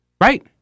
Right